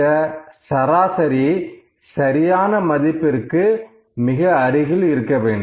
இந்த சராசரி சரியான மதிப்பிற்கு மிக அருகில் இருக்க வேண்டும்